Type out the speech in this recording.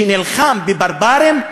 שנלחם בברברים,